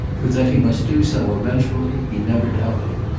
for that he must do so eventually he never doubted.